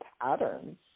patterns